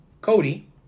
Cody